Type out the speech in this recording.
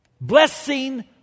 blessing